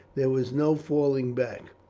there was no falling back,